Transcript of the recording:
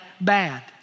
bad